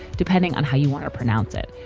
depending on how you want to pronounce it,